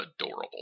adorable